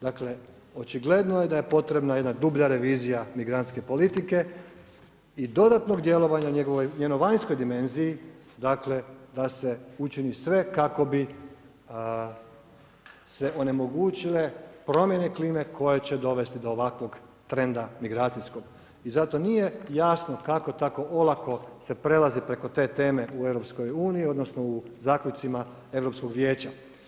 Dakle, očigledno je da je potrebna jedna dublja revizija migrantske politike i dodatnog djelovanja u njenoj vanjskoj dimenziji, dakle, da se učini sve kako bi se onemogućile promjene klime koje će dovesti do ovakvog trenda migracijskog i zato nije jasno kako tako olako se prelazi preko te teme u EU odnosno u zaključcima Europskog vijeća.